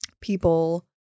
people